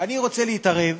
אני רוצה להתערב